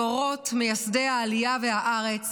לדורות מייסדי העלייה והארץ